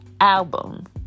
album